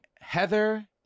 Heather